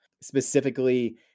Specifically